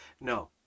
no